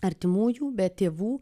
artimųjų be tėvų